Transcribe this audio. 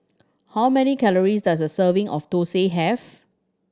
how many calories does a serving of thosai have